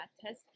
test